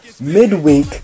midweek